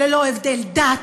ללא הבדל דת,